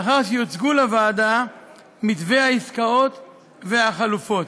לאחר שיוצגו לוועדה מתווי העסקאות והחלופות.